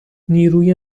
نیروی